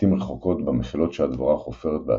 לעיתים רחוקות במחילות שהדבורה חופרת בעצמה.